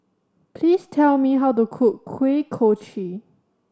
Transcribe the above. please tell me how to cook Kuih Kochi